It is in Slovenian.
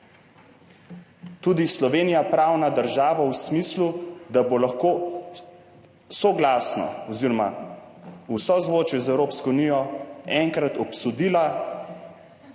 tudi Slovenija pravna država v smislu, da bo lahko soglasno oziroma v sozvočju z Evropsko unijo enkrat obsodila